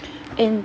and